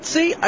See